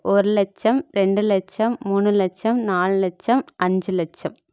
ஒரு லட்சம் ரெண்டு லட்சம் மூணு லட்சம் நாலு லட்சம் அஞ்சு லட்சம்